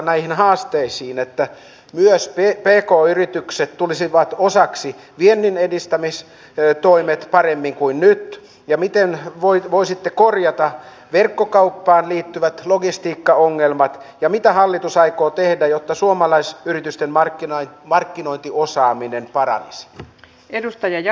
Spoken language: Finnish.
olisiko mahdollista että myös pia pekoyritykset tulisivat osaksi vienninedistämis vei siinä kenties joku päivä olisi jatkuva rahoitus koska raha on äärettömän tarpeen ja mitä hallitus aikoo tehdä jotta pieni hiljainen ryhmä kovasti kaipaa siellä apua